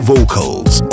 Vocals